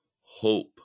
hope